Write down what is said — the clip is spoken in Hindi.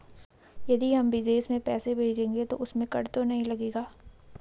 यदि हम विदेश में पैसे भेजेंगे तो उसमें कर तो नहीं लगेगा?